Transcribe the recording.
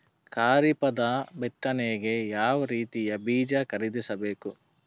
ಖರೀಪದ ಬಿತ್ತನೆಗೆ ಯಾವ್ ರೀತಿಯ ಬೀಜ ಖರೀದಿಸ ಬೇಕು?